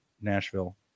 nashville